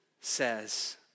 says